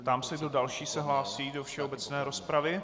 Ptám se, kdo další se hlásí do všeobecné rozpravy.